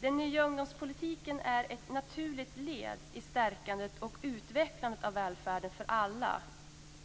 Den nya ungdomspolitiken är ett naturligt led i stärkandet och utvecklandet av välfärden för alla